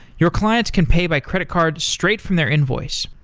your clients can pay by credit card straight from their invoice.